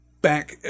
back